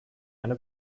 eine